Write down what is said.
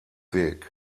weg